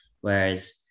Whereas